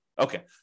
Okay